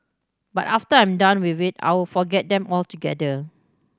but after I'm done with it I'll forget them altogether